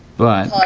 but